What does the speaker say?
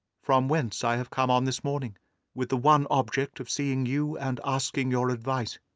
from whence i have come on this morning with the one object of seeing you and asking your advice.